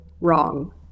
wrong